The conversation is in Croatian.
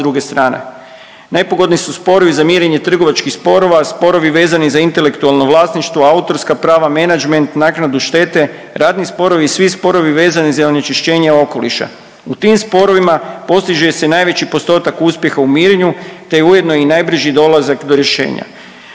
druge strane. Nepogodni su sporovi za mirenje trgovačkih sporova, sporovi vezani za intelektualno vlasništvo, autorska prava, menadžment, naknadu štete, radni sporovi i svi sporovi vezani za onečišćenje okoliša. U tim sporovima postiže se najveći postotak uspjeha u mirenju, te je ujedno i najbrži dolazak do rješenja.